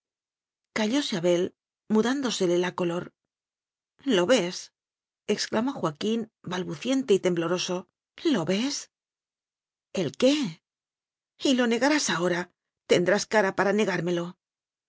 callóse abel mudándosele la color lo ves exclamó joaquín balbuciente y tembloroso lo ves el qué y lo negarás ahora tendrás cara para negármelo